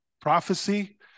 prophecy